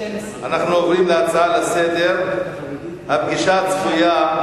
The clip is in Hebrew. אנחנו עוברים לנושא הבא בסדר-היום: פגישתם הצפויה,